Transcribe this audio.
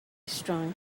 strong